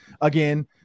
again